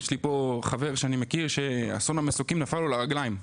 יש לי פה חבר שאני מכיר שאסון המסוקים נפל לו לרגליים,